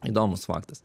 įdomus faktas